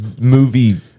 movie